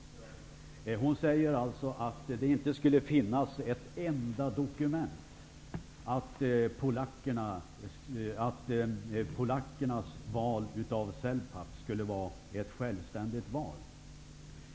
Ylva Annerstedt säger att det inte skulle finnas ett enda dokument som visar att polackernas val av NLK-Celpap skulle vara ett självständigt val.